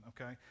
okay